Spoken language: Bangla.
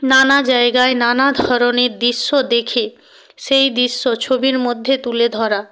নানা জায়গায় নানা ধরনের দৃশ্য দেখে সেই দিশ্য ছবির মধ্যে তুলে ধরা